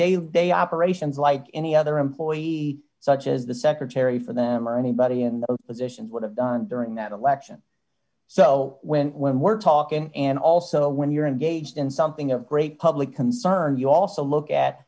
daily day operations like any other employee such as the secretary for them or anybody in those positions would have done during that election so when when we're talking and also when you're engaged in something of great public concern you also look at